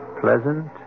pleasant